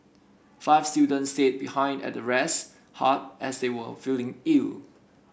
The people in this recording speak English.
five students stayed behind at the rest hut as they were feeling ill